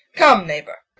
come, neighbour.